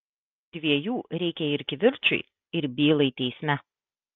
dviejų reikia ir kivirčui ir bylai teisme